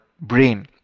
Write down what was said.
brain